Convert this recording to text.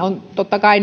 on totta kai